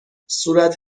صورت